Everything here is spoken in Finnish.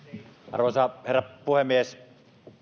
arvoisa herra puhemies